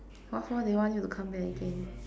what for they want you to come back again